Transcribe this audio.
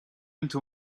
into